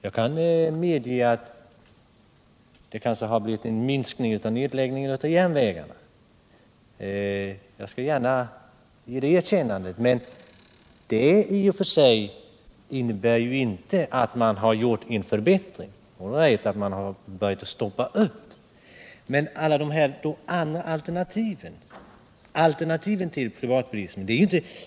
Jag kan medge att det har blivit en minskning när det gäller nedläggningen av järnvägarna —-jag skall gärna ge det erkännandet — men det innebär ju i och för sig inte att det blivit en förbättring. Det innebär inte heller något alternativ till privatbilismen.